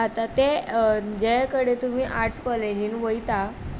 आतां तें जे कडेन तुमी आर्टस कॉलेजीन वयता